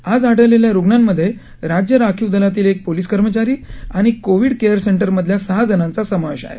आज आढळलेल्या रुग्णांमध्ये राज्य राखीव दलातील एक पोलीस कर्मचारी आणि कोविड केअर सेंटरमधल्या सहा जणांचा समावेश आहे